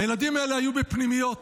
הילדים האלה היו בפנימיות